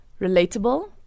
relatable